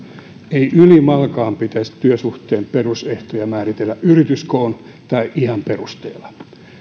ei ylimalkaan pitäisi työsuhteen perusehtoja määritellä yrityskoon tai iän perusteella